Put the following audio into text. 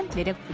me to